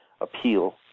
appeal